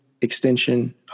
extension